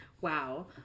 Wow